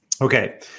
Okay